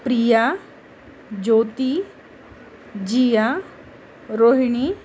Priya Jyoti Jiya Rohini